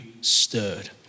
stirred